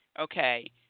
okay